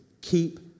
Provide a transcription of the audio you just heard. keep